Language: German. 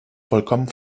vollkommen